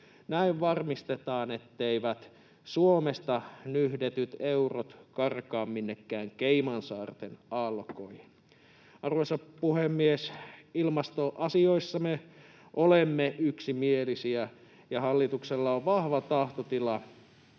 Näin varmistetaan, etteivät Suomesta nyhdetyt eurot karkaa minnekään Caymansaarten aallokkoihin. Arvoisa puhemies! Ilmastoasioissa me olemme yksimielisiä, ja hallituksella on vahva tahtotila